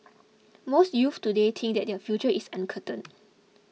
most youths today think that their future is uncertain